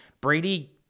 Brady